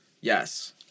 yes